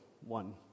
one